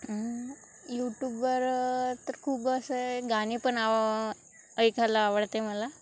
यूट्यूबवर तर खूप असं आहे गाणे पण आव ऐकायला आवडते मला